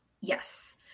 Yes